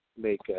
make